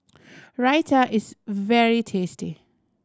raita is very tasty